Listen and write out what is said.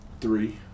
Three